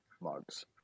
mugs